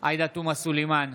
עאידה תומא סלימאן,